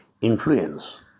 influence